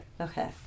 Okay